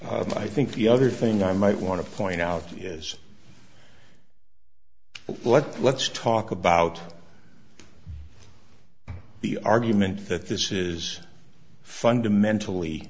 off i think the other thing i might want to point out is what let's talk about the argument that this is fundamentally